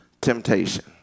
temptation